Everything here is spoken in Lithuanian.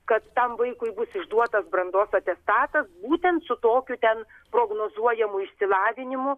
kad tam vaikui bus išduotas brandos atestatą būtent su tokiu ten prognozuojamu išsilavinimu